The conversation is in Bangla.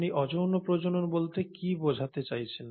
আপনি অযৌন প্রজনন বলতে কী বোঝাতে চাইছেন